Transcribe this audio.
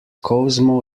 cosmo